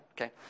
okay